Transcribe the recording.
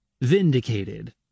vindicated